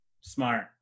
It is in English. Smart